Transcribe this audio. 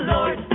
Lord